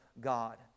God